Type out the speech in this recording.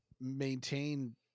maintain